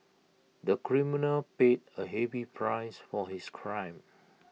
the criminal paid A heavy price for his crime